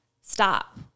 stop